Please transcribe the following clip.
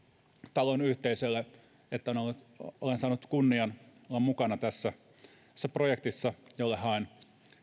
talon yhteisölle että olen saanut kunnian olla mukana tässä projektissa jolle haen